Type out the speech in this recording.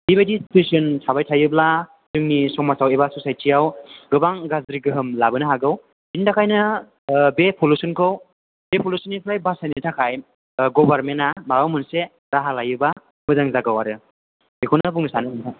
बेबादि सिचुवेस'न थाबाय थायोब्ला जोंनि समाजाव एबा ससायथिआव गोबां गाज्रि गोहोम लाबोनो हागौ बेनि थाखायनो बे पलिउसनखौ बे पलिउसननिफ्राय बासायनो थाखाय गभरमेन्टआ माबा मोनसे राहा लायोबा मोजां जागौ आरो बेखौनो बुंनो सानो नोंथां